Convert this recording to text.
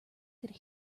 could